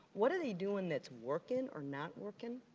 what are they doing that's working or not working?